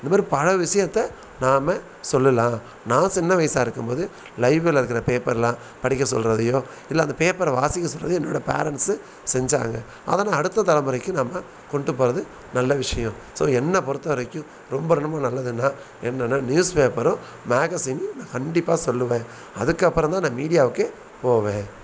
இந்த மாதிரி பல விஷயத்த நாம் சொல்லலாம் நான் சின்ன வயதா இருக்கும் போது லைப்ரரியில் இருக்கிற பேப்பர்லாம் படிக்க சொல்கிறதையும் இல்லை அந்தப் பேப்பரை வாசிக்கிற சொல்கிறதையும் என்னோடய பேரன்ட்ஸு செஞ்சாங்க அதை நான் அடுத்த தலைமுறைக்கு நம்ம கொண்டுட்டு போகிறது நல்ல விஷயம் ஸோ என்னை பொறுத்த வரைக்கும் ரொம்ப ரொம்ப நல்லதுனால் என்னென்னால் நியூஸ் பேப்பரும் மேகஸினு நான் கண்டிப்பாக சொல்லுவேன் அதுக்கப்புறந்தான் நான் மீடியாவுக்கே போவேன்